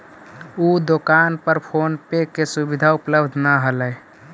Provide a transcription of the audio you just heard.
उ दोकान पर फोन पे के सुविधा उपलब्ध न हलई